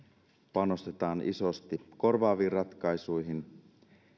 panostetaan isosti korvaaviin ratkaisuihin